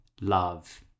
love